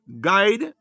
guide